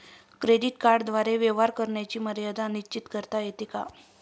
Credit कार्डद्वारे व्यवहार करण्याची मर्यादा निश्चित करता येते का?